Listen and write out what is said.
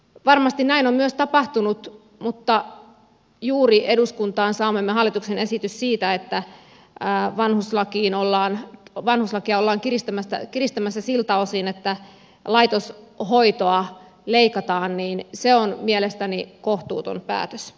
varmasti näin on myös tapahtunut mutta juuri eduskuntaan saamamme hallituksen esitys siitä että vanhuslakia ollaan kiristämässä siltä osin että laitoshoitoa leikataan on mielestäni kohtuuton päätös